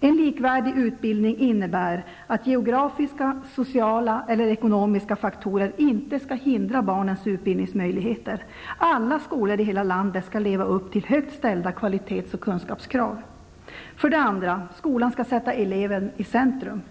En likvärdig utbildning innebär att geografiska, sociala eller ekonomiska faktorer inte skall hindra barnens utbildningsmöjligheter. Alla skolor i hela landet skall leva upp till högt ställda kvalitets och kunskapskrav. 2. Skolan skall sätta eleven i centrum.